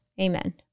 Amen